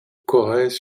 corrèze